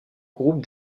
groupe